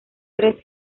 tres